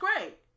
great